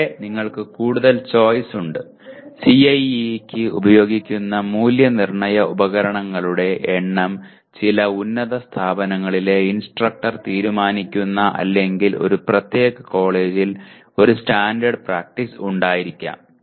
ഇവിടെ നിങ്ങൾക്ക് കൂടുതൽ ചോയ്സ് ഉണ്ട് CIE യ്ക്ക് ഉപയോഗിക്കുന്ന മൂല്യനിർണയ ഉപകരണങ്ങളുടെ എണ്ണം ചില ഉന്നത സ്ഥാപനങ്ങളിലെ ഇൻസ്ട്രക്ടർ തീരുമാനിക്കുന്നു അല്ലെങ്കിൽ ഒരു പ്രത്യേക കോളേജിൽ ഒരു സ്റ്റാൻഡേർഡ് പ്രാക്ടീസ് ഉണ്ടായിരിക്കാം